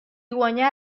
guanyà